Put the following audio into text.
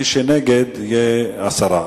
מי שנגד יהיה בעד הסרה.